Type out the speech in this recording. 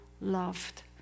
loved